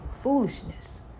foolishness